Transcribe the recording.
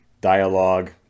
Dialogue